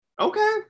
Okay